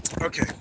Okay